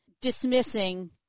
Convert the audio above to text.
dismissing